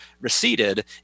receded